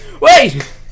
Wait